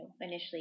initially